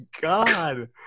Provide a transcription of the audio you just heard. god